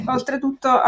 Oltretutto